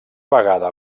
vegada